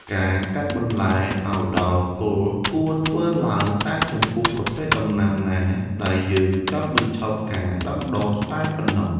ការកាត់បន្លែឱ្យដល់គល់គួរធ្វើឡើងតែចំពោះប្រភេទដំណាំណាដែលយើងចង់បញ្ចប់ការដាំដុះតែប៉ុណ្ណោះ។